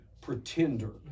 pretender